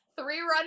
three-run